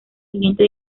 siguiente